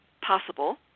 possible